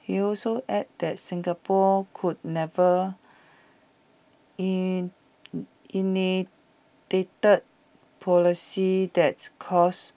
he also added that Singapore could never in policies that cause